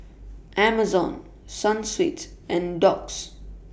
Amazon Sunsweet and Doux